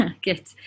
Good